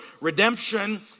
Redemption